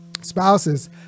spouses